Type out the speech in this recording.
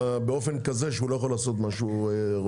באופן כזה שהוא לא יכול לעשות מה שהוא רוצה.